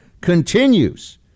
continues